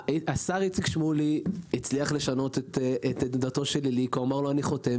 השר איציק שמולי הצליח לשנות את עמדתו של עלי כי הוא אמר לו "אני חותם,